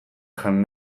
jan